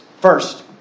First